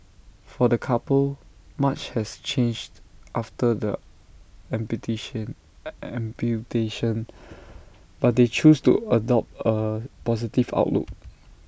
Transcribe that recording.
for the couple much has changed after the amputation but they choose to adopt A positive outlook